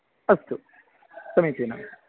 अस्तु समीचीनम्